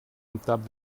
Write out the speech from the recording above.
untaped